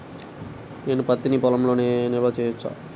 నేను పత్తి నీ పొలంలోనే నిల్వ చేసుకోవచ్చా?